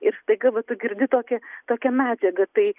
ir staiga va tu girdi tokią tokią medžiagą tai